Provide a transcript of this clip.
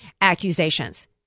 accusations